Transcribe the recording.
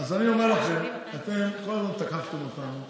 אז אני אומר לכם: אתם כל הזמן תקפתם אותנו